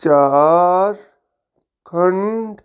Jharkhand